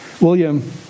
William